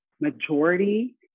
majority